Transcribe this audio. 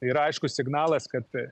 yra aiškus signalas kad